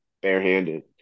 barehanded